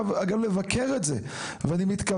אני איתכם ואני מתכוון גם לבקר את זה ואני מתכוון